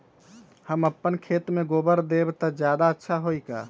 हम अपना खेत में गोबर देब त ज्यादा अच्छा होई का?